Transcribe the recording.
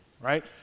right